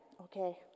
Okay